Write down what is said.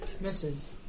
misses